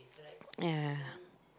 ya